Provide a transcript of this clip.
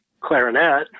clarinet